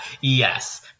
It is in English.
Yes